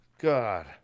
God